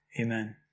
Amen